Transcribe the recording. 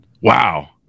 Wow